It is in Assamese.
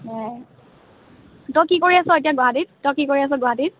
সেয়াই তই কি কৰি আছ এতিয়া গুৱাহাটীত তই কি কৰি আছ গুৱাহাটীত